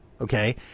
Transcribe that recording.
Okay